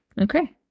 Okay